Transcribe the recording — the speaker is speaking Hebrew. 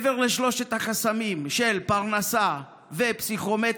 מעבר לשלושת החסמים של פרנסה ופסיכומטרי,